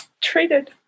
treated